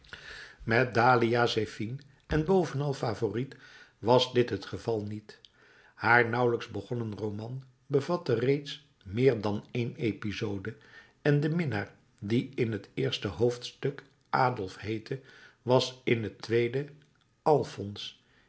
met dahlia zephine en bovenal favourite was dit het geval niet haar nauwelijks begonnen roman bevatte reeds meer dan één episode en de minnaar die in het eerste hoofdstuk adolf heette was in het tweede alfons